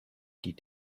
did